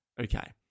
Okay